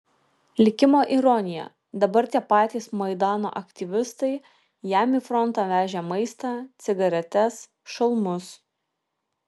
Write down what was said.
likimo ironija dabar tie patys maidano aktyvistai jam į frontą vežė maistą cigaretes šalmus